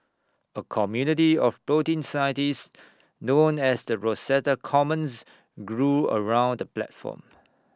A community of protein scientists known as the Rosetta Commons grew around the platform